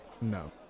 No